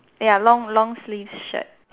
they are long long sleeve shirt